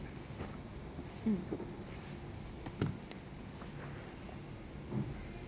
hmm